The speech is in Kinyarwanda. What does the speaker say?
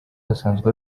asanzwe